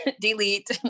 delete